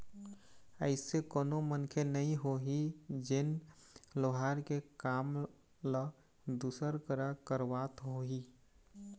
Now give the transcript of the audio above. अइसे कोनो मनखे नइ होही जेन लोहार के काम ल दूसर करा करवात होही